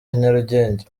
nyarugenge